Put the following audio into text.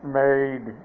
made